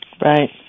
Right